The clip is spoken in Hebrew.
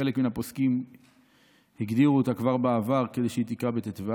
וחלק מן הפוסקים הגדירו אותה כבר בעבר כדי שהיא תקרא בט"ו.